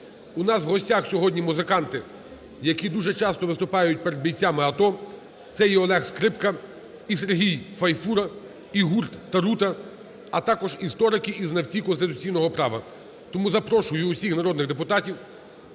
У нас в гостях сьогодні музиканти, які дуже часто виступають перед бійцями АТО, це і Олег Скрипка, і Сергій Файфура, і гурт "ТаРута", а також історики і знавці конституційного права. Тому запрошую всіх народних депутатів